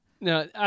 No